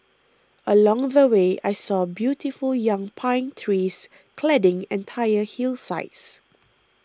along the way I saw beautiful young pine trees cladding entire hillsides